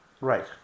right